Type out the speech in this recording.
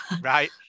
right